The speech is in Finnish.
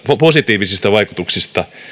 positiivisista vaikutuksista